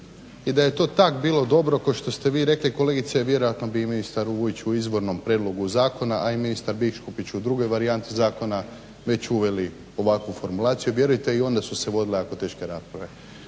i da je to tak bilo dobro kao što ste vi rekli kolegice vjerojatno bi i ministar Vujić u izbornom prijedlogu zakona, a i ministar Biškupić u drugoj varijanti zakona već uveli ovakvu formulaciju. Vjerujte i onda su se vodile jako teške rasprave.